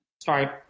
Sorry